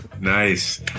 Nice